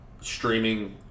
streaming